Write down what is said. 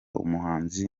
umuhanzi